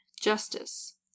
justice